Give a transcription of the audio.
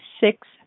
six